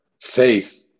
faith